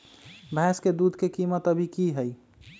भैंस के दूध के कीमत अभी की हई?